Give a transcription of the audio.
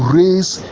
raise